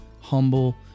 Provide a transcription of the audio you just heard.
humble